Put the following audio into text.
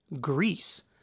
Greece